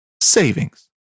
savings